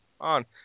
on